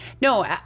No